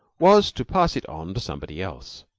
was to pass it on to somebody else.